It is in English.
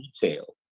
detail